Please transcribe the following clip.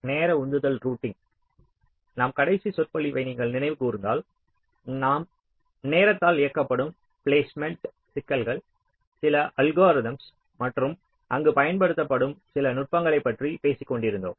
நமது கடைசி சொற்பொழிவை நீங்கள் நினைவு கூர்ந்தால் நாம் நேரத்தால் இயக்கப்படும் பிலேஸ்மேன்ட் சிக்கல்கள் சில அல்கோரிதம்ஸ் மற்றும் அங்கு பயன்படுத்தப்படும் சில நுட்பங்களைப் பற்றி பேசிக் கொண்டிருந்தோம்